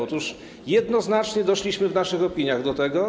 Otóż jednoznacznie doszliśmy w naszych opiniach do tego.